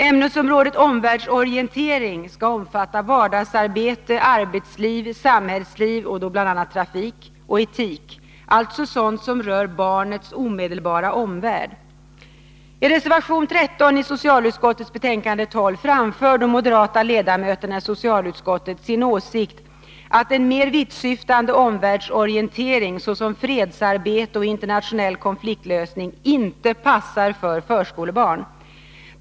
Ämnesområdet omvärldsorientering skall omfatta vardagsarbete, arbetsliv, samhällsliv — bl.a. trafik — och etik, alltså sådant som rör barnets omedelbara omvärld. I reservation 13 socialutskottets betänkande 12 framför de moderata ledamöterna i socialutskottet sin åsikt att en mer vittsyftande omvärldsorientering, såsom fredsarbete och internationell konfliktlösning, inte passar för förskolebarn.